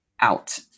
out